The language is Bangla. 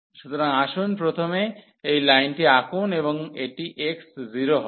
সুতরাং আসুন প্রথমে এই লাইনটি আঁকুন এবং এটি x 0 হবে